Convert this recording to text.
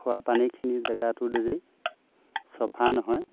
খোৱাপানীখিনি জেগাটো যদি চফা নহয়